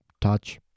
touch